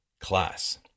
class